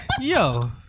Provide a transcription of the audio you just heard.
yo